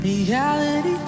Reality